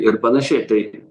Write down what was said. ir panašiai tai